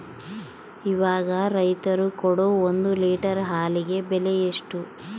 ಇವಾಗ ರೈತರು ಕೊಡೊ ಒಂದು ಲೇಟರ್ ಹಾಲಿಗೆ ಬೆಲೆ ಎಷ್ಟು?